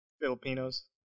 Filipinos